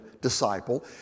disciple